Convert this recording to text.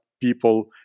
people